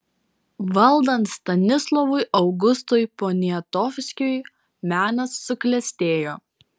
valdant stanislovui augustui poniatovskiui menas suklestėjo